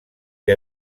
què